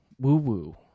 woo-woo